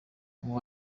ubu